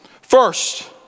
First